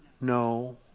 No